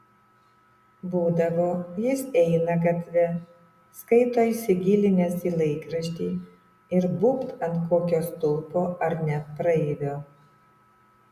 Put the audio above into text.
būdavo jis eina gatve skaito įsigilinęs į laikraštį ir būbt ant kokio stulpo ar net praeivio